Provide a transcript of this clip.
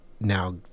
now